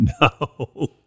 No